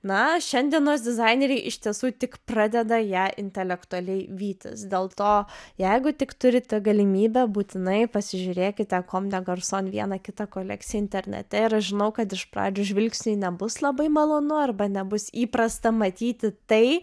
na šiandienos dizaineriai iš tiesų tik pradeda ją intelektualiai vytis dėl to jeigu tik turite galimybę būtinai pasižiūrėkite kom de garson vieną kitą kolekcija internete ir žinau kad iš pradžių žvilgsiui nebus labai malonu arba nebus įprasta matyti tai